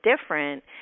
different